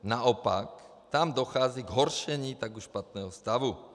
Naopak, tam dochází k zhoršení už tak špatného stavu.